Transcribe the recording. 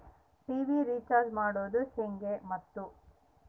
TV recharge ಮಾಡೋದು ಹೆಂಗ ಮತ್ತು?